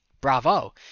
Bravo